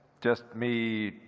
just me,